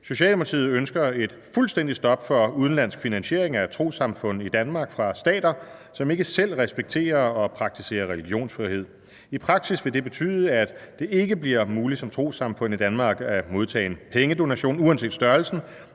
»Socialdemokratiet ønsker et fuldstændigt stop for udenlandsk finansiering af trossamfund i Danmark fra stater, som ikke selv respekterer og praktiserer religionsfrihed. I praksis vil det betyde, at det ikke bliver muligt som trossamfund i Danmark at modtage en pengedonation – uanset størrelsen